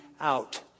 out